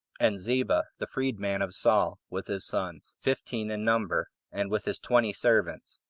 and ziba, the freed-man of saul, with his sons, fifteen in number, and with his twenty servants.